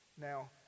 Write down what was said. Now